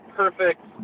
perfect